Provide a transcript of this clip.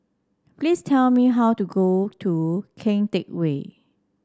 please tell me how to go to Kian Teck Way